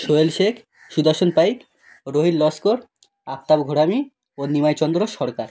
সোহেল শেখ সুদর্শন পাইক রোহিত লস্কর আখতার ঘরামি ও নিমাইচন্দ্র সরকার